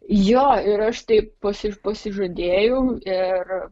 jo ir aš taip pasi pasižadėjau ir